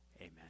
Amen